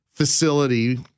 facility